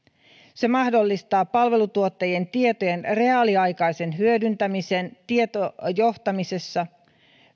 se mahdollistaa palveluntuottajien tietojen reaaliaikaisen hyödyntämisen tietojohtamisessa